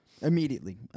Immediately